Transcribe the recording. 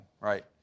right